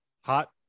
hot